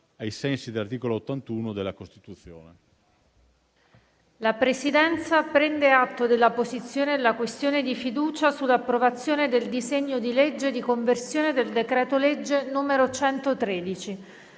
ai sensi dell'articolo 81 della Costituzione.